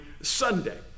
Sunday